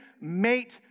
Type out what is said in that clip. mate